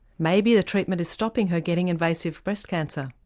maybe the treatment is stopping her getting invasive breast cancer,